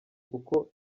kuko